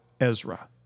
Ezra